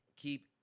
Keep